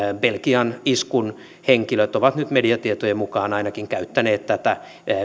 belgian iskun henkilöt ovat nyt mediatietojen mukaan ainakin käyttäneet tätä